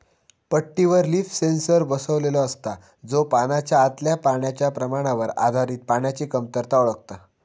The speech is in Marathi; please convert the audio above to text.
पट्टीवर लीफ सेन्सर बसवलेलो असता, जो पानाच्या आतल्या पाण्याच्या प्रमाणावर आधारित पाण्याची कमतरता ओळखता